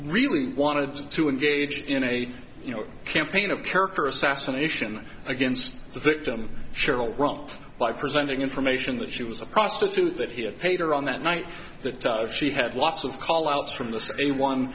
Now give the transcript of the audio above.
really wanted to engage in a campaign of character assassination against the victim sheryl wrong by presenting information that she was a prostitute that he had paid her on that night that she had lots of call outs from the say one